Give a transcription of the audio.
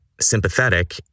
sympathetic